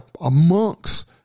amongst